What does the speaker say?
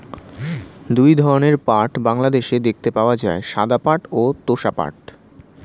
দুই ধরনের পাট বাংলাদেশে দেখতে পাওয়া যায়, সাদা পাট ও তোষা পাট